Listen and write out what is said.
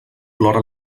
plora